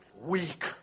weak